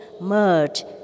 merge